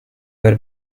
were